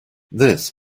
this